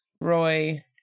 Roy